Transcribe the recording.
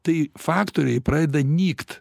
tai faktoriai pradeda nykt